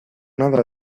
nada